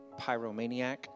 pyromaniac